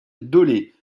dolez